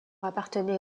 appartenait